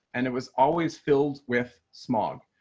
and it was always filled with smog.